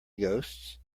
ghosts